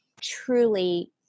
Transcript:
truly